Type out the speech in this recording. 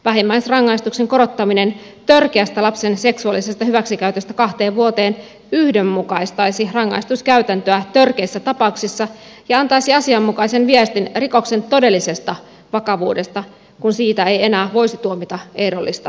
vähimmäisrangaistuksen korottaminen kahteen vuoteen törkeästä lapsen seksuaalisesta hyväksikäytöstä yhdenmukaistaisi rangaistuskäytäntöä törkeissä tapauksissa ja antaisi asianmukaisen viestin rikoksen todellisesta vakavuudesta kun siitä ei enää voisi tuomita ehdollista vankeusrangaistusta